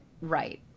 right